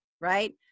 right